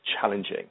challenging